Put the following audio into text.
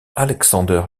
alexander